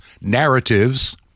narratives